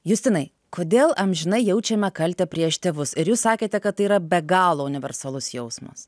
justinai kodėl amžinai jaučiame kaltę prieš tėvus ir jūs sakėte kad tai yra be galo universalus jausmas